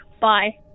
Bye